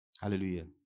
Hallelujah